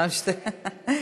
הרשימה המשותפת.